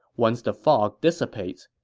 once the fog dissipates,